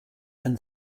and